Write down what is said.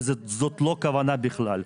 וזאת לא הכונה בכלל.